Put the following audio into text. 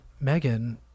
Megan